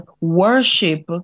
worship